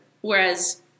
Whereas